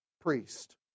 priest